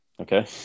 okay